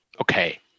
Okay